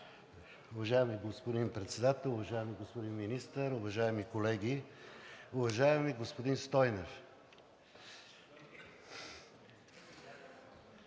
Уважаеми господин Председател, уважаеми господин Министър, уважаеми колеги! Уважаеми господин Стойнев,